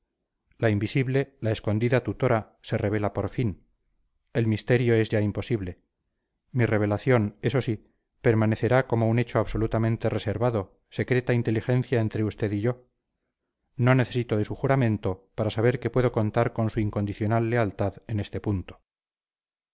la invisible la escondida tutora se revela por fin el misterio es ya imposible mi revelación eso sí permanecerá como un hecho absolutamente reservado secreta inteligencia entre usted y yo no necesito de su juramento para saber que puedo contar con su incondicional lealtad en este punto